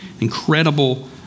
Incredible